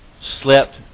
slept